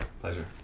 Pleasure